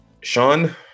Sean